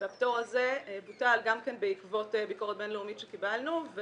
והפטור הזה בוטל גם כן בעקבות ביקורת בינלאומית שקיבלנו,